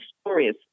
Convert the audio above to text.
stories